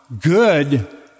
good